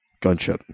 Gunship